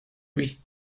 lui